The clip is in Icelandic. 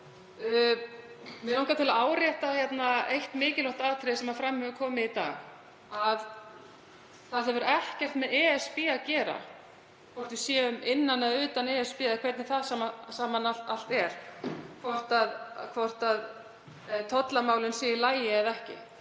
Mig langar til að árétta eitt mikilvægt atriði sem fram hefur komið í dag: Það hefur ekkert með ESB að gera, hvort sem við erum innan eða utan ESB eða hvernig það allt saman er, hvort tollamálin séu í lagi eða ekki.